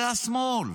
זה השמאל.